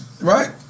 Right